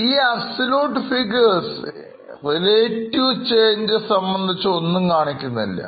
ഈ Absolute figures relative Changes സംബന്ധിച്ച് ഒന്നും കാണിക്കുന്നില്ല